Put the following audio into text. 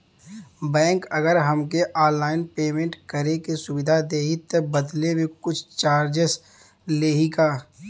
Bank अगर हमके online payment करे के सुविधा देही त बदले में कुछ चार्जेस लेही का?